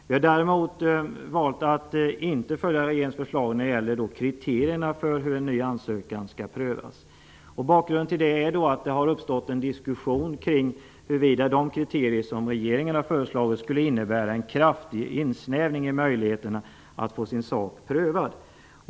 Vi har däremot valt att inte följa regeringens förslag när det gäller kriterierna för hur en ny ansökan skall prövas. Bakgrunden till det är att det har uppstått en diskussion kring huruvuda de kriterier som regeringen har föreslagit skulle innebära en kraftig insnävning i möjligheterna att få sin sak prövad.